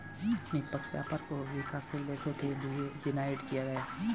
निष्पक्ष व्यापार को विकासशील देशों के लिये डिजाइन किया गया है